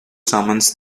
summons